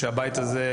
הבית הזה,